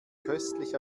köstlich